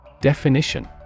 Definition